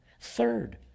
Third